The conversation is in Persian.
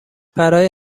برای